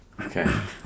Okay